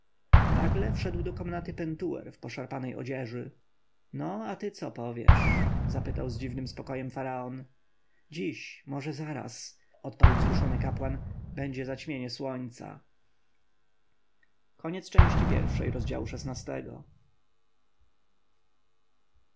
nagle wszedł do komnaty pentuer w poszarpanej odzieży no a ty co powiesz zapytał z dziwnym spokojem faraon dziś może zaraz odparł wzruszony kapłan będzie zaćmienie słońca